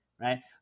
Right